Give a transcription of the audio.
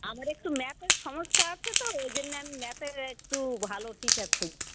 আমার একটু ম্যাথের সমস্যা আছে তো ওই জন্য আমি ম্যাথের একটু ভালো টিচার খুঁজছি